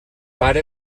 pare